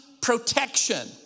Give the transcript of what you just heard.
protection